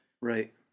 Right